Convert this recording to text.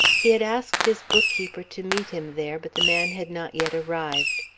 he had asked his bookkeeper to meet him there, but the man had not yet arrived.